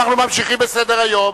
אנו ממשיכים בסדר-היום: